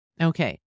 Okay